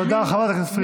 תודה, חברת הכנסת פרידמן.